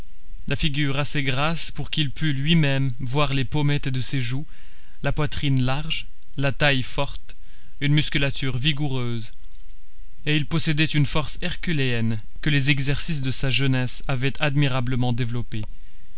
la figure assez grasse pour qu'il pût lui-même voir les pommettes de ses joues la poitrine large la taille forte une musculature vigoureuse et il possédait une force herculéenne que les exercices de sa jeunesse avaient admirablement développée